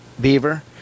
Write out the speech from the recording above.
beaver